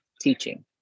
teaching